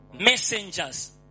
Messengers